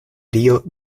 dio